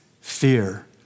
fear